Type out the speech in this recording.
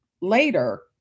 later